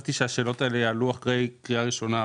חשבתי שהשאלות האלה יעלו אחרי הקריאה הראשונה.